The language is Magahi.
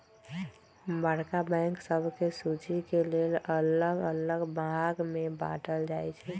बड़का बैंक सभके सुचि के लेल अल्लग अल्लग भाग में बाटल जाइ छइ